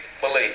believe